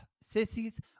Sissies